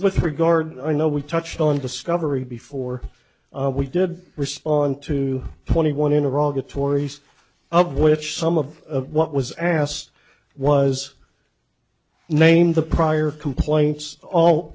with regard i know we touched on discovery before we did respond to twenty one in a rugged tori's of which some of what was asked was name the prior complaints all